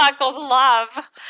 love